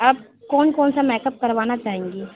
آپ کون کون سا میک اپ کروانا چاہیں گی